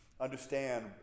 understand